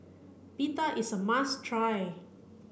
pita is a must try